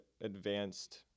advanced